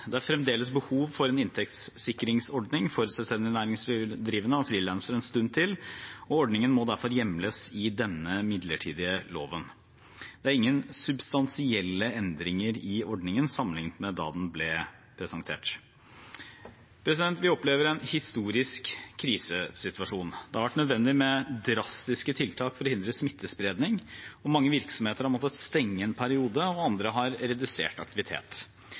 Det er fremdeles behov for en inntektssikringsordning for selvstendig næringsdrivende og frilansere en stund til, og ordningen må derfor hjemles i denne midlertidige loven. Det er ingen substansielle endringer i ordningen sammenlignet med da den ble presentert. Vi opplever en historisk krisesituasjon. Det har vært nødvendig med drastiske tiltak for å hindre smittespredning. Mange virksomheter har måttet stenge en periode, og andre har redusert aktivitet.